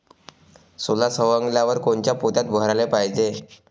सोला सवंगल्यावर कोनच्या पोत्यात भराले पायजे?